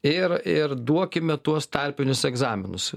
ir ir duokime tuos tarpinius egzaminus